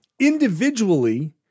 individually